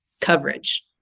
coverage